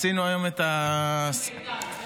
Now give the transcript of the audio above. זה יותר לידה.